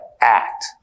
act